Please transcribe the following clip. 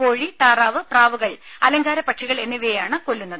കോഴി താറാവ് പ്രാവുകൾ അലങ്കാര പക്ഷികൾ എന്നിവയെയാണ് കൊല്ലുന്നത്